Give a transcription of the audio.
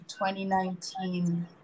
2019